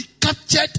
captured